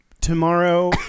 Tomorrow